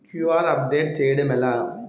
QR update చేయడం ఎలా?